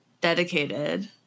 dedicated